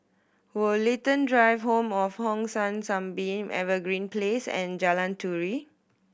Woollerton Drive Home of Hong San Sunbeam Evergreen Place and Jalan Turi